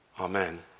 Amen